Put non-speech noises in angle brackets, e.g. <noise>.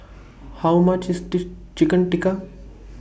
How much IS <unintelligible> Chicken Tikka